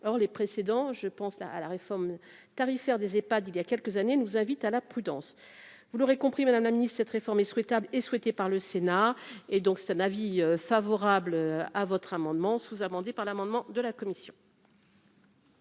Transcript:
or les précédents je pense là à la réforme tarifaire des Ephad il y a quelques années, nous invite à la prudence, vous l'aurez compris madame la Ministre, cette réforme est souhaitable et souhaitée par le Sénat. Et donc c'est un avis favorable à votre amendement sous-amendé par l'amendement de la commission.